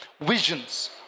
visions